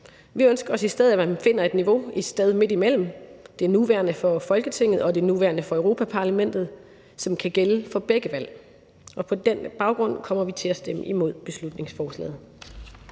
Vi ønsker os i stedet, at man finder et niveau et sted midt imellem det nuværende for Folketinget og det nuværende for Europa-Parlamentet, som kan gælde for begge valg. På den baggrund kommer vi til at stemme imod beslutningsforslaget.